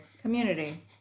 community